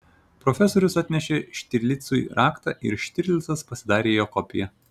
profesorius atnešė štirlicui raktą ir štirlicas pasidarė jo kopiją